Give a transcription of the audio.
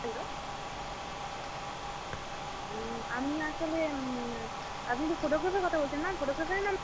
hello আমি আমি আসলে আপনি তো ফটোগ্রাফার কথা বলছেন না ফটোগ্রাফারের